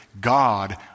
God